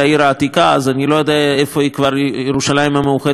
אז אני כבר לא יודע איפה ירושלים המאוחדת של יאיר לפיד.